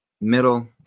middle